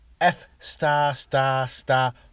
F-star-star-star